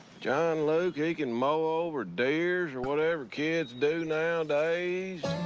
john luke, he can mow over deers or whatever kids do nowadays.